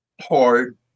hard